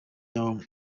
yabo